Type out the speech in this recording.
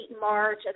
March